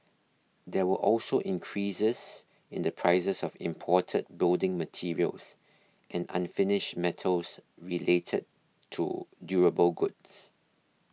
there were also increases in the prices of imported building materials and unfinished metals related to durable goods